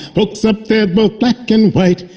folks up there both black and white,